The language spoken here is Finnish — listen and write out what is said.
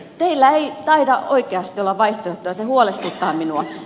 teillä ei taida oikeasti olla vaihtoehtoja se huolestuttaa minua